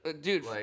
Dude